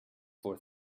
for